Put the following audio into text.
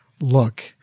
look